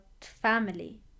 family